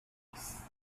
nurse